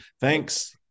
Thanks